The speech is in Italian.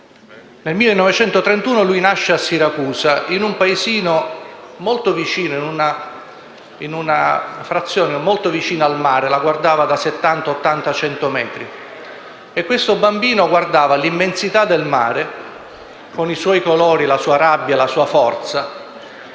Nel 1931 nasce a Siracusa in un paesino, in una frazione molto vicina al mare: poteva guardarlo da 70-100 metri. Questo bambino guardava l'immensità del mare, con i suoi colori, la sua rabbia, la sua forza;